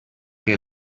que